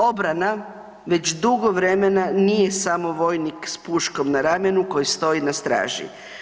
Obrana već dugo vremena nije samo vojnik s puškom na ramenu koji stoji na straži.